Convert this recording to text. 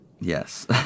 Yes